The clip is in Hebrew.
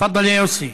תפדל, יוסי.